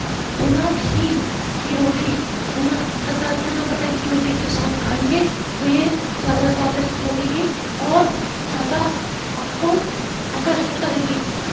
बिना घी की रोटी बिना अथवा बिना बटर की रोटी के साथ खाएंगे तो ये ज़्यादा स्वादिष्ट लगेगी और ज़्यादा आप को आकर्षित करेगी